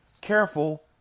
careful